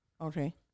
Okay